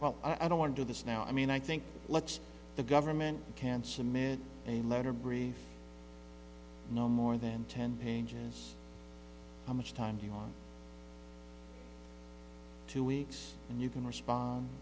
well i don't want to do this now i mean i think let's the government can submit a letter brief no more than ten pages how much time do you want two weeks and you can respond